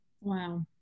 Wow